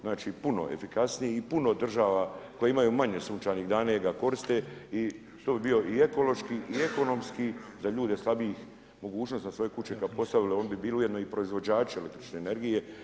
Znači puno efikasniji i puno država koje imaju manje sunčanih dana jer ga koriste i to bi bio i ekološki, i ekonomski za ljude slabijih mogućnosti na svoje kuće kada bi postavili oni bi bili ujedno i proizvođači električne energije.